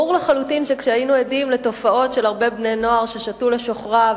ברור לחלוטין שכשהיינו עדים לתופעות של הרבה בני-נוער ששתו לשוכרה,